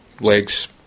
legs